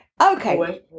Okay